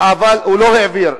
הוא לא העביר.